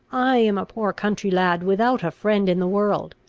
i am a poor country lad, without a friend in the world.